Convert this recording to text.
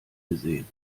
gesehen